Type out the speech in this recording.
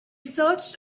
searched